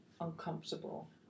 uncomfortable